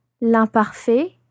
l'imparfait